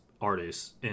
artists